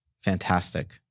fantastic